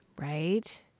Right